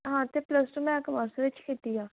ਹਾਂ ਅਤੇ plus two ਮੈਂ ਕਾਮਰਸ ਵਿਚ ਕੀਤੀ ਆ